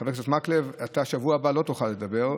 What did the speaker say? חבר הכנסת מקלב, בשבוע הבא אתה לא תוכל לדבר.